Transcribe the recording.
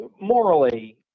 morally